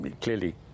clearly